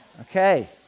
Okay